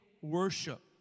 worship